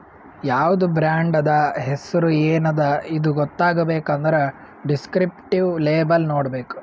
ಯಾವ್ದು ಬ್ರಾಂಡ್ ಅದಾ, ಹೆಸುರ್ ಎನ್ ಅದಾ ಇದು ಗೊತ್ತಾಗಬೇಕ್ ಅಂದುರ್ ದಿಸ್ಕ್ರಿಪ್ಟಿವ್ ಲೇಬಲ್ ನೋಡ್ಬೇಕ್